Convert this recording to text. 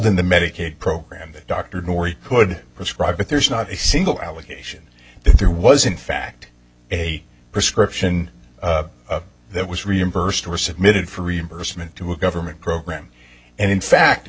in the medicaid program dr dori could prescribe but there's not a single allegation that there was in fact a prescription that was reimbursed were submitted for reimbursement to a government program and in fact